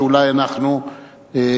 שאולי אנחנו ניאלץ,